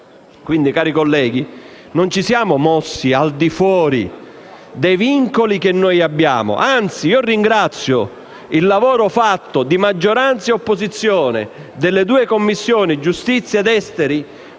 Quindi, cari colleghi, non ci siamo mossi al di fuori dei vincoli che noi abbiamo. Anzi, ringrazio quanto fatto dalla maggioranza e dall'opposizione nelle due Commissioni, giustizia ed affari